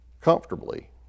comfortably